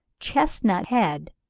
chestnut head,